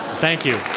thank you,